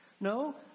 No